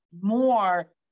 more